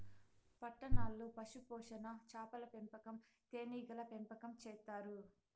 పట్టణాల్లో పశుపోషణ, చాపల పెంపకం, తేనీగల పెంపకం చేత్తారు